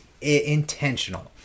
intentional